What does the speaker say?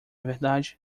verdade